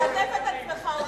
תלטף את עצמך,